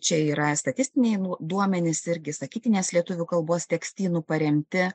čia yra statistiniai duomenys irgi sakytinės lietuvių kalbos tekstynu paremti